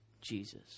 Jesus